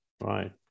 right